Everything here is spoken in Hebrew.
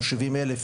או 570 אלף,